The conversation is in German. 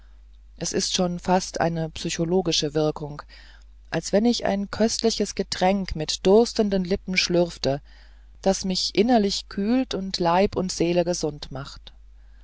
es ist schon fast eine physiologische wirkung als wenn ich ein köstliches getränk mit durstenden lippen schlürfte das mich innerlich kühlt und leib und seele gesund macht